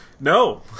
No